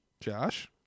Josh